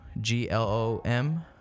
G-L-O-M